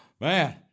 Man